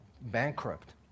bankrupt